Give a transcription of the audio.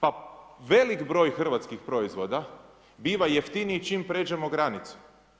Pa velik broj hrvatskih proizvoda biva jeftiniji čim pređemo granicu.